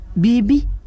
baby